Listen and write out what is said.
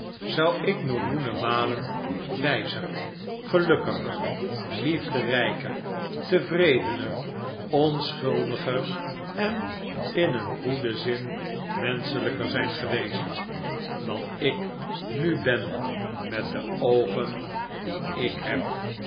zou ik millioenen malen wijzer gelukkiger liefderijker tevredener onschuldiger en in een goeden zin menschelijker zijn geweest dan ik nu ben met de oogen die ik heb